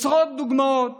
יש עשרות דוגמאות